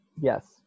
Yes